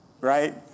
right